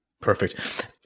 Perfect